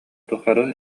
тухары